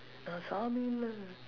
நான் சாமி இல்ல:naan saami illa